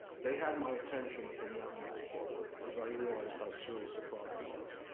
they had my attention from that moment forward. because i realized how serious the problem was.